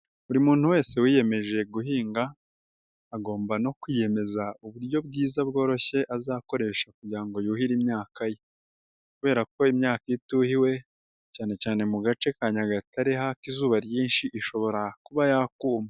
Buri muntu wese wiyemeje guhinga, agomba no kwiyemeza uburyo bwiza bworoshye azakoresha kugira ngo yuhire imyaka ye kubera ko imyaka ituhiwe cyane cyane mu gace ka Nyagatare hafi izuba ryinshi ishobora kuba yakuma.